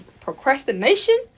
procrastination